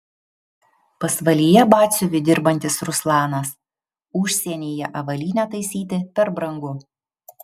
pasvalyje batsiuviu dirbantis ruslanas užsienyje avalynę taisyti per brangu